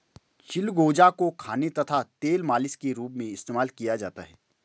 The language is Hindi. चिलगोजा को खाने तथा तेल मालिश के रूप में इस्तेमाल किया जाता है